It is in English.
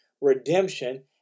redemption